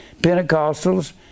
Pentecostals